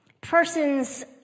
persons